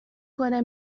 کنه